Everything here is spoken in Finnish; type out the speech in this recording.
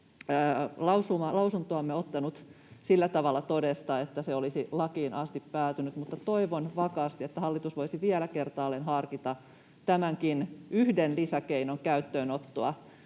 lausuntoamme ottanut sillä tavalla todesta, että se olisi lakiin asti päätynyt, mutta toivon vakaasti, että hallitus voisi vielä kertaalleen harkita tämänkin yhden lisäkeinon käyttöönottoa.